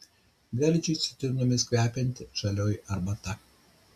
gardžiai citrinomis kvepianti žalioji arbata